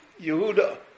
Yehuda